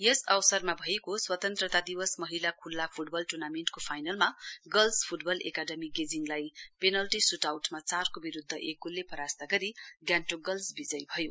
यस अवसरमा भएको स्वतन्त्रता दिवस महिला खुल्ला फुटबल टुर्नामेण्टको फाइनलमा गर्लस् फुटबल एकाडमी गेजिङलाई पेनाल्टी सुटआउटमा चारको विरूद्ध एक गोलले परास्त गरी गान्तोक गर्लस् विजयी भयो